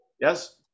yes